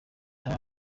leta